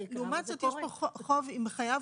לעומת זאת יש פה חוב עם זוכה